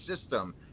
system